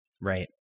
Right